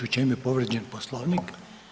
U čemu je povrijeđen poslovnik?